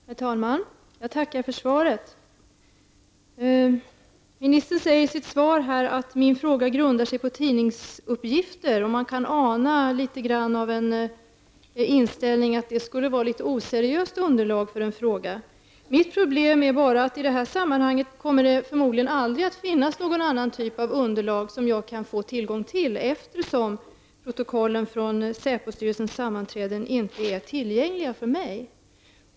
Herr talman! Jag tackar för svaret. Ministern säger i sitt svar att min fråga grundar sig på tidningsuppgifter. Man kan ana något av inställningen att det skulle vara ett oseriöst underlag för en fråga. Mitt problem är då att det i det här sammanhanget förmodligen aldrig kommer att finnas någon annan typ av underlag som jag kan få tillgång till, eftersom protokollen från SÄPO styrelsens sammanträden inte är tillgängliga för mig.